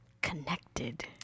connected